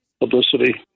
publicity